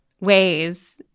ways